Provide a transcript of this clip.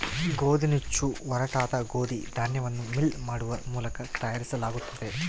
ಗೋದಿನುಚ್ಚು ಒರಟಾದ ಗೋದಿ ಧಾನ್ಯವನ್ನು ಮಿಲ್ ಮಾಡುವ ಮೂಲಕ ತಯಾರಿಸಲಾಗುತ್ತದೆ